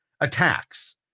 attacks